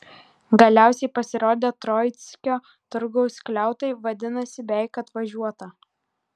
galiausiai pasirodė troickio turgaus skliautai vadinasi beveik atvažiuota